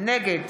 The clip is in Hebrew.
נגד